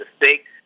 mistakes